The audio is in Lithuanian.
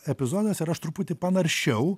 epizodas ir aš truputį panaršiau